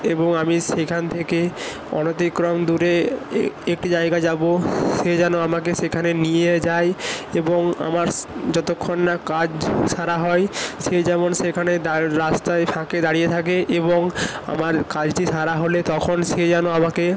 এবং আমি সেখান থেকে অনতিক্রম দূরে একটি জায়গা যাব সে যেন আমাকে সেখানে নিয়ে যায় এবং আমার যতক্ষণ না কাজ সারা হয় সে যেমন সেখানেই রাস্তায় থাকে দাঁড়িয়ে থাকে এবং আমার কাজটি সারা হলে তখন সে যেন আমাকে